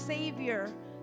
Savior